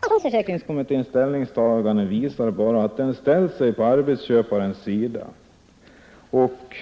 Pensionsförsäkringskommitténs ställningstagande visar bara att den ställt sig på arbetsköparens sida, och